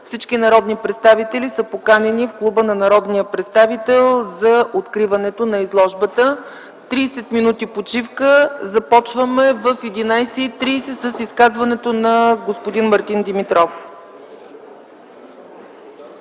Всички народни представители са поканени в Клуба на народния представител за откриването на изложбата. Тридесет минути почивка. Започваме в 11,30 ч. с изказването на господин Мартин Димитров.